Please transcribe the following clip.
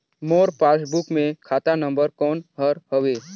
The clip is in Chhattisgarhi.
मोर पासबुक मे खाता नम्बर कोन हर हवे?